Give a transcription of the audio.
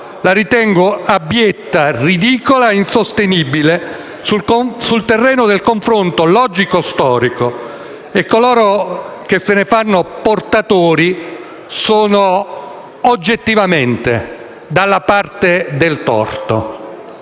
Shoah, abietta, ridicola e insostenibile sul terreno del confronto logico-storico. Coloro che se ne fanno portatori sono oggettivamente dalla parte del torto.